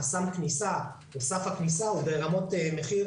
שחסם הכניסה או סף הכניסה הוא ברמות מחיר